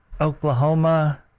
Oklahoma